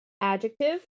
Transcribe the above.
Adjective